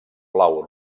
blau